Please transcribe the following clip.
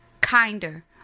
kinder